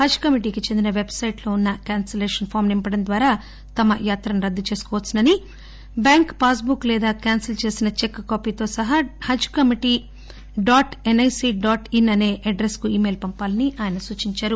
హజ్ కమిటీకి చెందిన website ఉన్న క్యాన్పలేషన్ ఫారం నింపడం ద్వారా తమ యాత్రను రద్దు చేసుకోవచ్చునని బ్యాంక్ పాస్ బుక్ లేదా క్యాన్పిల్ చేసిన చెక్కు కాపీతో సహా Haj committee dot NIC dot in అనే అడ్రస్ కు ఈ మెయిల్ పంపాలని ఆయన సూచించారు